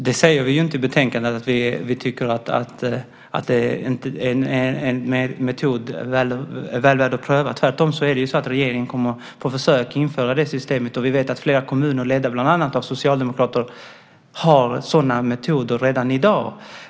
Fru talman! Vi säger inte i betänkandet att vi inte tycker att det är en metod väl värd att pröva. Tvärtom är det ju så att regeringen kommer att införa det systemet på försök, och vi vet att flera kommuner, bland annat kommuner ledda av socialdemokrater, har sådana metoder redan i dag.